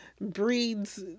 breeds